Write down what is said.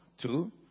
two